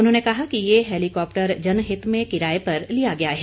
उन्होंने कहा कि ये हैलीकॉप्टर जनहित में किराये पर लिया गया है